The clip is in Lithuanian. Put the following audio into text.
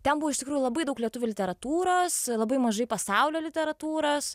ten buvo iš tikrųjų labai daug lietuvių literatūros labai mažai pasaulio literatūros